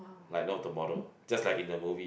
like not the model just like in the movie